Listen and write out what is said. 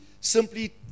simply